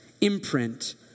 imprint